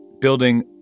building